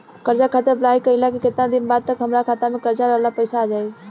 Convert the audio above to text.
कर्जा खातिर अप्लाई कईला के केतना दिन बाद तक हमरा खाता मे कर्जा वाला पैसा आ जायी?